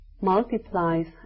multiplies